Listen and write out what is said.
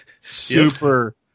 super-